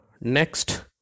next